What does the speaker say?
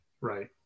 right